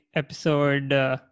episode